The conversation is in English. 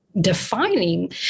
defining